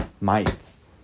mites